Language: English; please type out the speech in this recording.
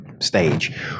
stage